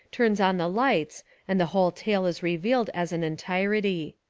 turns on the lights and the whole tale is revealed as an entirety.